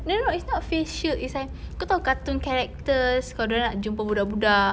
no no no it's not face shield it's like kau tahu cartoon characters kalau dia orang nak jumpa budak-budak